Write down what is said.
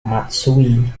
matsui